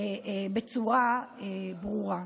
בצורה ברורה.